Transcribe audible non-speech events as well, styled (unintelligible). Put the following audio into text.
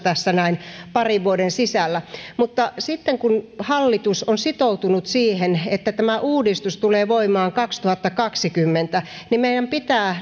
parin vuoden sisällä mutta sitten kun hallitus on sitoutunut siihen että tämä uudistus tulee voimaan kaksituhattakaksikymmentä niin meidän pitää (unintelligible)